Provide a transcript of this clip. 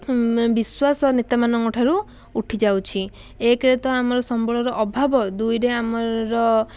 ବିଶ୍ୱାସ ନେତାମାନଙ୍କ ଠାରୁ ଉଠିଯାଉଛି ଏକରେ ତ ଆମର ସମ୍ବଳର ଅଭାବ ଦୁଇରେ ଆମର